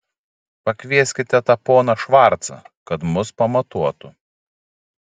pakvieskite tą poną švarcą kad mus pamatuotų